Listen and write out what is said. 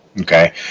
okay